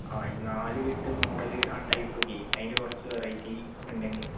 ആ ഈ നാലുകെട്ട് മോഡൽ ആ ടൈപ്പ് ഒക്കെ അതിൻ്റെ കുറച്ച് വെറൈറ്റി ഉണ്ടെങ്കിൽ